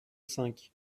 cinq